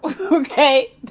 Okay